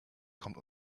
kommt